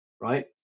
right